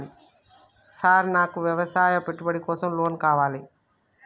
Sir నాకు వ్యవసాయ పెట్టుబడి కోసం లోన్ కావాలి?